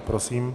Prosím.